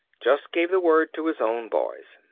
just gave the word to his own boys.